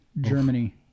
Germany